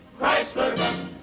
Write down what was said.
Chrysler